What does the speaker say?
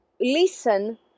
listen